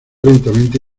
lentamente